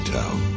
town